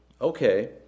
okay